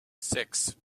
six